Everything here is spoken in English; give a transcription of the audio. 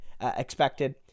expected